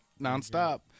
nonstop